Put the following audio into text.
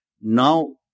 Now